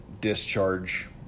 discharge